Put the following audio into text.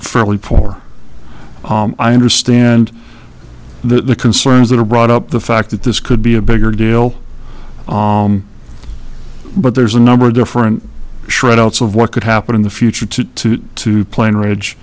fairly poor i understand the concerns that are brought up the fact that this could be a bigger deal but there's a number of different shred outs of what could happen in the future to to to plan ridge